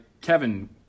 Kevin